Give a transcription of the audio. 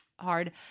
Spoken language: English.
hard